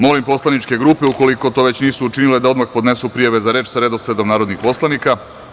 Molim poslaničke grupe, ukoliko to nisu učinile, da odmah podnesu prijave za reč sa redosledom narodnih poslanika.